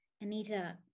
Anita